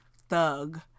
thug